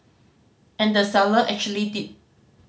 and the seller actually did